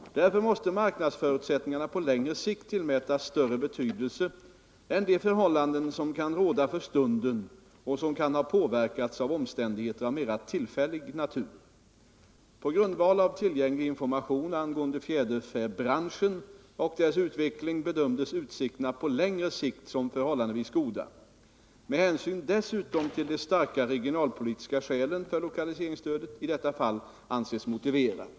Därför måste marknadsförutsättningarna på längre sikt tillmätas större betydelse än de förhållanden som kan råda för stunden och som kan ha påverkats av omständigheter av mera tillfällig natur. På grundval av tillgänglig information angående fjäderfäbranschen och dess utveckling bedömdes utsikterna på längre sikt som förhållandevis goda. Med hänsyn dessutom till de starka regionalpolitiska skälen får lokaliseringsstödet i detta fall anses motiverat.